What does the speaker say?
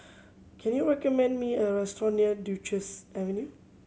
can you recommend me a restaurant near Duchess Avenue